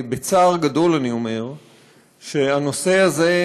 בצער גדול אני אומר שהנושא הזה,